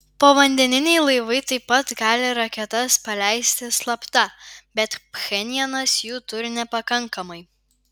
povandeniniai laivai taip pat gali raketas paleisti slapta bet pchenjanas jų turi nepakankamai